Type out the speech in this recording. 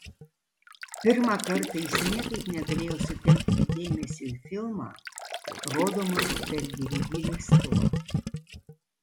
pirmą kartą jis niekaip negalėjo sutelkti dėmesio į filmą rodomą per dvd leistuvą